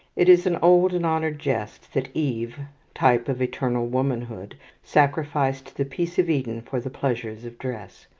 it is an old and honoured jest that eve type of eternal womanhood sacrificed the peace of eden for the pleasures of dress.